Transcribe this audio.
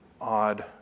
odd